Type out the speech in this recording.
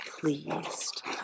pleased